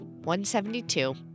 172